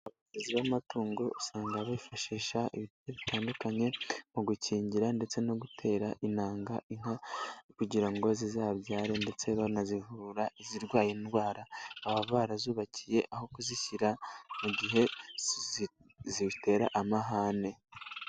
Aborozi b'amatungo usanga bifashisha ibice bitandukanye, mu gukingira ndetse no gutera intanga inka, kugira ngo zizabyare ndetse banazivura izirwaye indwara baba barazubakiye aho kuzishyira, mu gihe zitera amahane.